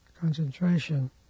concentration